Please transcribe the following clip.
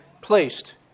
placed